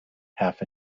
half